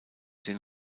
den